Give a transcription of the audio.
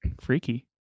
freaky